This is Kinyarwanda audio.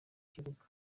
kibuga